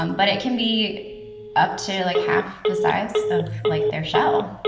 um but it can be up to like half the size of like their shell.